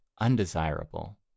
undesirable